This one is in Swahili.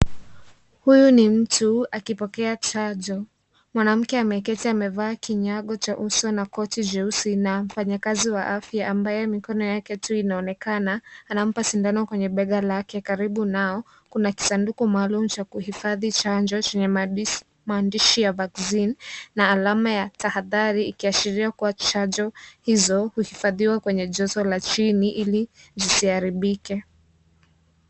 Huyu ni mtu, akipokea chanjo. Mwanamke ameketi amevaa kinyago cha uso na koti jeusi na mfanyakazi wa afya ambaye mikono yake tu inaonekana, anampa sindano kwenye bega lake. Karibu nao, kuna kisanduku maalum cha kuhifadhi chanjo, chenye maandishi maandishi ya vaccine na alama ya tahadhari, ikiashiria kuwa chanjo hizo, kuhifadhiwa kwenye jezo la chini ili zisiharibike.